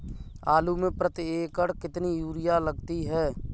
आलू में प्रति एकण कितनी यूरिया लगती है?